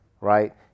right